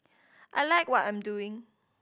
I like what I'm doing